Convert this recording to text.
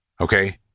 Okay